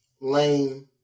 lame